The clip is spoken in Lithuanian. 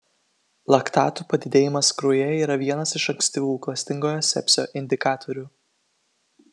laktatų padidėjimas kraujyje yra vienas iš ankstyvų klastingojo sepsio indikatorių